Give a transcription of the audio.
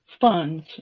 funds